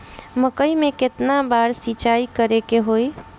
मकई में केतना बार सिंचाई करे के होई?